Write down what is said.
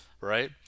right